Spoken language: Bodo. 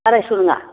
आराइस' नङा